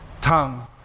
tongue